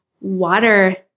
water